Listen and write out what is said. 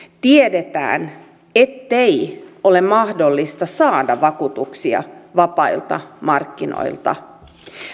tiedetään ettei ole mahdollista saada vakuutuksia vapailta markkinoilta